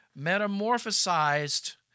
metamorphosized